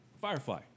Firefly